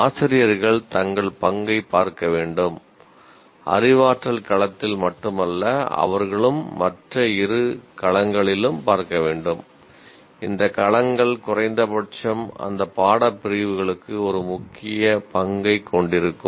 ஆசிரியர்கள் தங்கள் பங்கைப் பார்க்க வேண்டும் அறிவாற்றல் களத்தில் மட்டுமல்ல அவர்களும் மற்ற இரு களங்களிலும் பார்க்க வேண்டும் இந்த களங்கள் குறைந்தபட்சம் அந்த பாட பிரிவுகளுக்கு ஒரு முக்கிய பங்கைக் கொண்டிருக்கும்